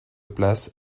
place